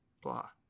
blah